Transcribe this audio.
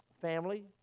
family